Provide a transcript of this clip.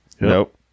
Nope